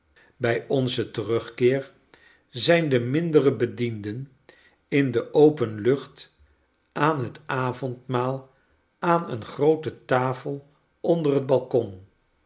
bij onzen terugkeer zijn de mindere bedienden in de open lucht aan het avondmaal aan eene groote tafel onder het balkon